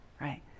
right